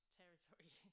territory